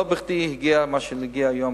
לא בכדי הגיע מה שהגיע היום